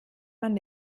man